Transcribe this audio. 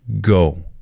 go